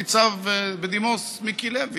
ניצב בדימוס מיקי לוי?